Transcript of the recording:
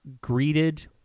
greeted